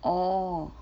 oh